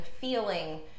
feeling